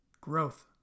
Growth